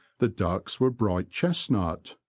the ducks were bright chestnut,